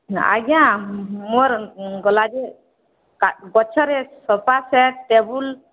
ହଁ ଆଜ୍ଞା ମୋର ଗଲା ଯେ ଗଛରେ ସୋଫା ସେଟ୍ ଟେବୁଲ୍